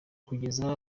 kugeza